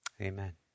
Amen